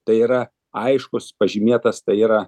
tai yra aiškus pažymėtas tai yra